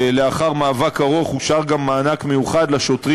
שלאחר מאבק ארוך אושר גם מענק מיוחד לשוטרים